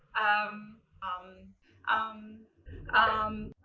um um um um